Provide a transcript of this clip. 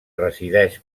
resideix